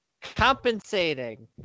Compensating